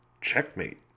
Checkmate